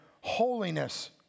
holiness